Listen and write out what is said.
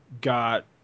got